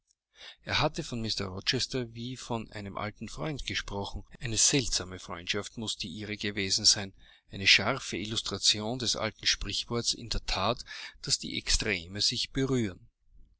er hatte von mr rochester wie von einem alten freunde gesprochen eine seltsame freundschaft mußte die ihre gewesen sein eine scharfe illustration des alten sprichwortes in der that daß die extreme sich berühren